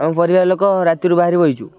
ଆମ ପରିବାର ଲୋକ ରାତିରୁ ବାହାରି ବସିଛୁ